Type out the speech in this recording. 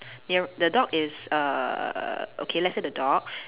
near the dog is uh okay let's say the dog